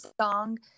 song